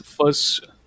first